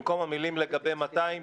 במקום המילים: "על 200",